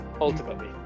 ultimately